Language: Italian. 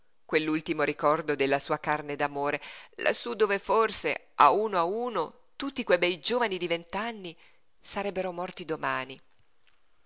quell'ultimo ricordo della sua carne d'amore lassú dove forse a uno a uno tutti que bei giovani di vent'anni sarebbero morti domani